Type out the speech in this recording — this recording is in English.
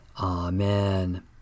Amen